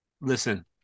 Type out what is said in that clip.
Listen